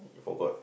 you forgot